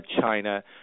China